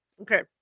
Okay